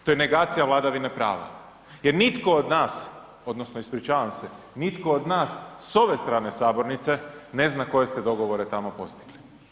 To je negacija vladavine prava jer nitko od nas odnosno ispričavam se, nitko od nas s ove strane sabornice ne zna koje ste dogovore tamo postigli.